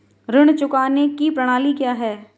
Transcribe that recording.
ऋण चुकाने की प्रणाली क्या है?